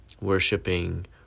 Worshipping